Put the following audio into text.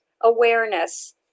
awareness